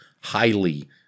highly